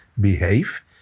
behave